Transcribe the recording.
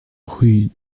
rue